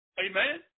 Amen